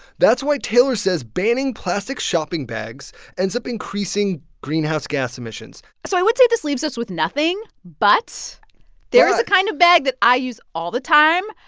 that's why taylor says banning plastic shopping bags ends up increasing greenhouse gas emissions so i would say this leaves us with nothing, but there is. but. a kind of bag that i use all the time.